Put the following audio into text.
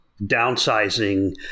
downsizing